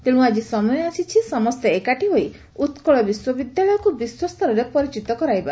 ତେଣୁ ଆଜି ସମୟ ଆସିଛି ସମସେ ଏକାଠି ହୋଇ ଉକ୍କଳ ବିଶ୍ୱବିଦ୍ୟାଳୟକୁ ବିଶ୍ୱସ୍ତରରେ ପରିଚିତ କରାଇବା